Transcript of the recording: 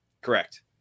correct